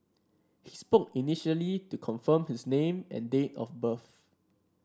he spoke initially to confirm his name and date of birth